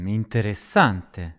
interessante